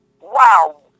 wow